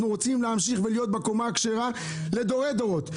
רוצים להמשיך ולהיות קומה הכשרה לדורי דורות.